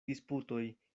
disputoj